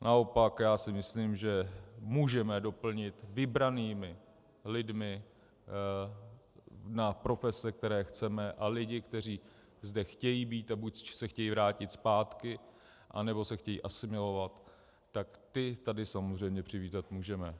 Naopak já si myslím, že můžeme doplnit vybranými lidmi na profese, které chceme, a lidi, kteří zde chtějí být a buď se chtějí vrátit zpátky, anebo se chtějí asimilovat, tak ty tady samozřejmě přivítat můžeme.